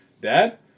Dad